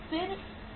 फिर से 312